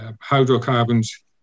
hydrocarbons